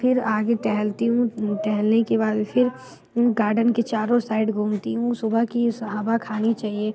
फिर आगे टहलती हूँ टहलने के बाद फिर गार्डन के चारों साइड घूमती हूँ सुबह की स हवा खानी चहिए